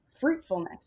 fruitfulness